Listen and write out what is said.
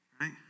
right